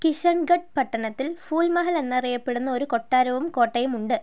കിഷൻഘട്ട് പട്ടണത്തിൽ ഫൂൽ മഹൽ എന്നറിയപ്പെടുന്ന ഒരു കൊട്ടാരവും കോട്ടയുമുണ്ട്